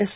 S